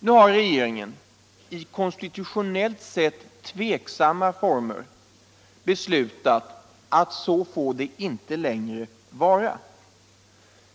Nu har regeringen, i konstitutionellt sett diskutabla former, beslutat att så får det inte längre vara.